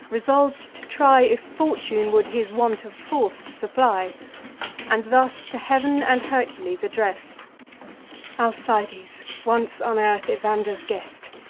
resolv'd to try if fortune would his want of force supply and thus to heav'n and hercules address'd alcides, once on earth evander's guest,